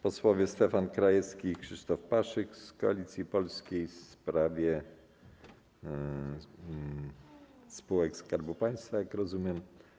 Posłowie Stefan Krajewski i Krzysztof Paszyk z Koalicji Polskiej w sprawie spółek Skarbu Państwa, jak rozumiem.